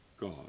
God